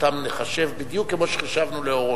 שאותן נחשב בדיוק כמו שחישבנו לאורון.